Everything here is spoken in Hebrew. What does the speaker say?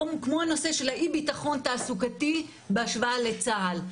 כמו הנושא של אי ביטחון תעסוקתי בהשוואה לצה"ל.